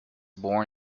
born